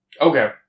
Okay